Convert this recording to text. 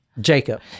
Jacob